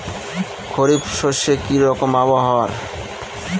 খরিফ শস্যে কি রকম আবহাওয়ার?